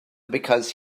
because